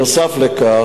נוסף על כך,